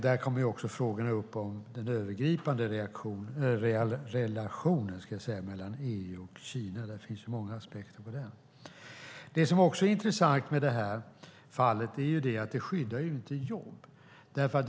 Där kommer också frågorna upp om den övergripande relationen mellan EU och Kina. Det finns många aspekter på den. Det som också är intressant med det här fallet är att det inte skyddar jobb.